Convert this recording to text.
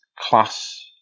class